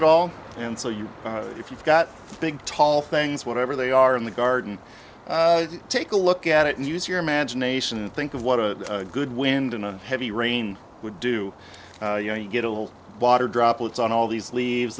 at all and so you if you've got big tall things whatever they are in the garden take a look at it and use your imagination and think of what a good wind in a heavy rain would do you know you get a little water droplets on all these leaves